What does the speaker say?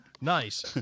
nice